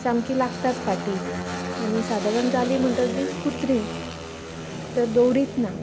सामकें लागतात फाटीक आनी सादारण जालीं म्हणटकीच कुत्री तर दवरीत ना